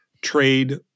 trade